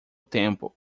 tempo